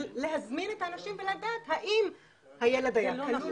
להזמין את האנשים ולדעת האם הילד היה כלול